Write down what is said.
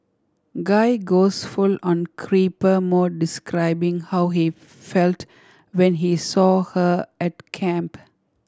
guy goes full on creeper mode describing how he felt when he saw her at camp